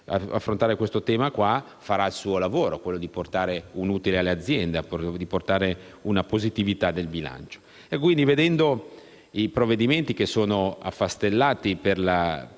affrontare questo tema - farà il suo lavoro, quello cioè di portare un utile all'azienda o una positività nel bilancio.